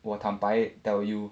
我坦白 tell you